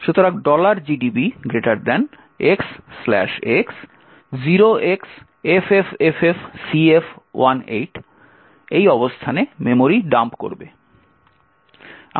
সুতরাং gdb xx 0xFFFFCF18 এই অবস্থানে মেমরি ডাম্প করবে